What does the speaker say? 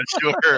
sure